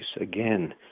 Again